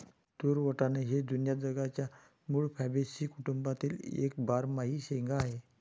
तूर वाटाणा हे जुन्या जगाच्या मूळ फॅबॅसी कुटुंबातील एक बारमाही शेंगा आहे